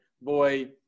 Boy